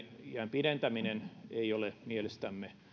pidentäminen ei ole mielestämme